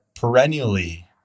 perennially